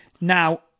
Now